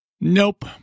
Nope